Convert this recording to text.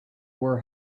were